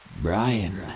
Brian